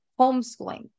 homeschooling